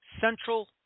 Central